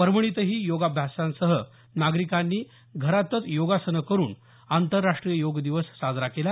परभणीतही योगाभ्यासकांसह नागरिकांनी घरातच योगासनं करून आंतरराष्टीय योग दिवस साजरा केला